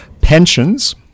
pensions